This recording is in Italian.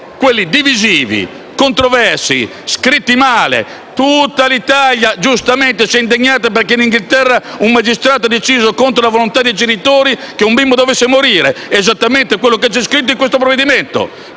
quelli divisivi, controversi e scritti male. Tutta l'Italia, giustamente, si è indignata perché in Inghilterra un magistrato ha deciso, contro la volontà dei genitori, che un bimbo dovesse morire; esattamente quello che c'è scritto in questo provvedimento.